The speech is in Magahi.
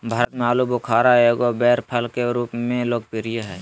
भारत में आलूबुखारा एगो बैर फल के रूप में लोकप्रिय हइ